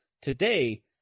today